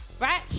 right